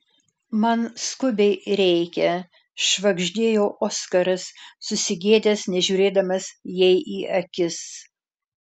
man skubiai reikia švagždėjo oskaras susigėdęs nežiūrėdamas jai į akis